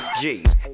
G's